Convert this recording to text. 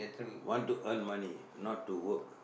want to earn money not to work